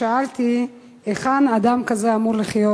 שאלתי היכן אדם כזה אמור לחיות.